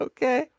Okay